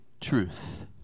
truth